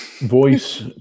Voice